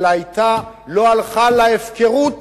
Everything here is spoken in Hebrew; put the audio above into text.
אלא לא הלכה להפקרות